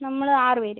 നമ്മൾ ആറ് പേർ